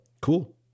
cool